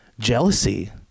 Jealousy